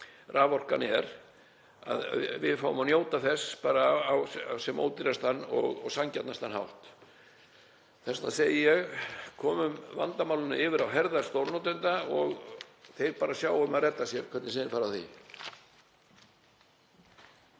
raforkan er, fáum að njóta þess bara á sem ódýrastan og sanngjarnastan hátt. Þess vegna segi ég: Komum vandamálinu yfir á herðar stórnotenda og þeir bara sjá um að redda sér hvernig sem þeir fara að því.